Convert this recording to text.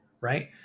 right